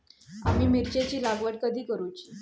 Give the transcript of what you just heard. आम्ही मिरचेंची लागवड कधी करूची?